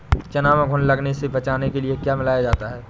चना में घुन लगने से बचाने के लिए क्या मिलाया जाता है?